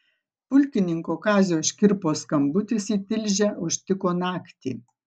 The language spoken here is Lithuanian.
pulkininko kazio škirpos skambutis į tilžę užtiko naktį